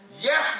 Yes